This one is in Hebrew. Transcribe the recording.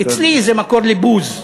אצלי זה מקור לבוז.